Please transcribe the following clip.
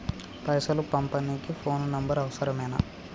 పైసలు పంపనీకి phone number అవసరమేనా?